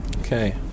Okay